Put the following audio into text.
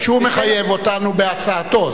שהוא מחייב אותנו בהצעתו,